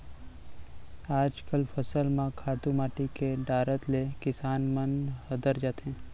आजकल फसल म खातू माटी के डारत ले किसान मन हदर जाथें